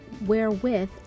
wherewith